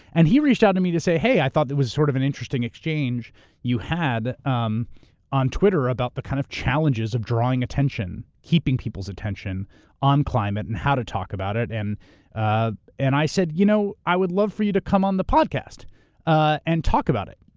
and he reached out to me to say, hey, i thought it was sort of an interesting exchange you had um on twitter about the kind of challenges of drawing attention, keeping people's attention on climate, and how to talk about it. and ah and i said, you know, i would love for you to come on the podcast ah and talk about it.